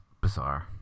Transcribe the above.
bizarre